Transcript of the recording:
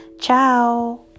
ciao